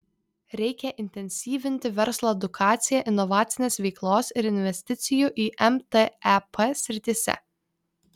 reikia intensyvinti verslo edukaciją inovacinės veiklos ir investicijų į mtep srityse